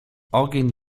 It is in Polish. ogień